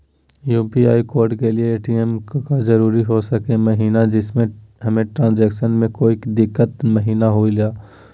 UPI code के लिए ATM का जरूरी हो सके महिना जिससे हमें ट्रांजैक्शन में कोई दिक्कत महिना हुई ला?